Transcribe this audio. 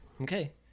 Okay